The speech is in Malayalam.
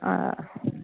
ആ